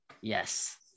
Yes